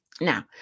Now